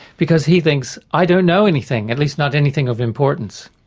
because he thinks, i don't know anything, at least not anything of importance,